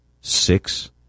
six